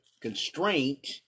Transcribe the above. constraint